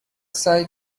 سعی